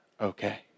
okay